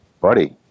buddy